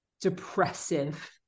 depressive